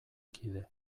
kide